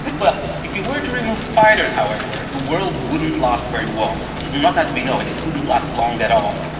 well, if you were to remove spiders, however, the world wouldn't last very long, not as we know it. it wouldn't last long at all.